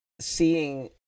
seeing